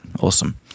Awesome